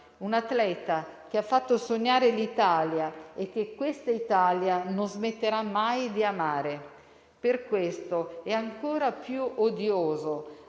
Un atleta che ha fatto sognare l'Italia e che questa Italia non smetterà mai di amare. Per questo è ancora più odioso